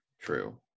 True